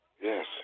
Yes